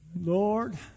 Lord